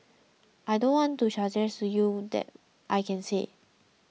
I don't want to suggest to you that I can say